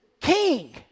king